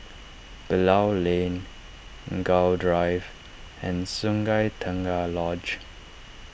Bilal Lane Gul Drive and Sungei Tengah Lodge